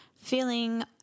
feeling